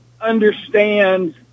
understand